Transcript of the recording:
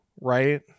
right